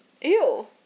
ew